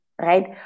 right